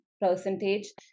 percentage